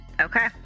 okay